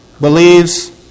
believes